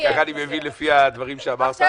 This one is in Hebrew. כך אני מבין לפי הדברים שאמרת.